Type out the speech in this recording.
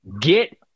get